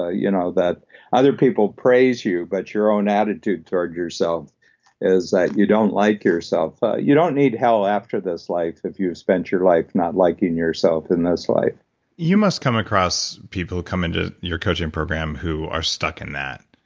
ah you know that other people praise you but your own attitude toward yourself is that you don't like yourself, ah you don't need hell after this life if you've spent your life not liking yourself in this life you must come across people who come into your coaching program who are stuck in that?